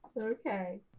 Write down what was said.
Okay